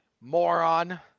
Moron